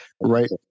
right